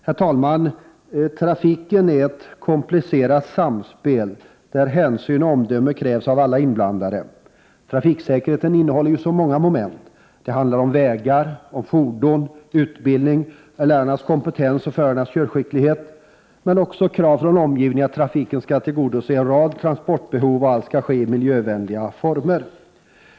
Herr talman! Trafiken är ett komplicerat samspel, där hänsyn och omdöme krävs av alla inblandade. Trafiksäkerheten innehåller många moment. Det handlar om vägar, fordon, utbildning, lärarnas kompetens och förarnas körskicklighet. Men det handlar också om krav från omgivningen att trafiken skall tillgodose en rad transportbehov och att allt skall ske i miljövänliga former.